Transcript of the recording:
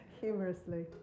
humorously